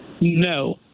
No